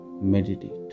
Meditate